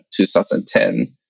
2010